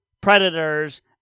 predators